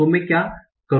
तो मैं क्या करूं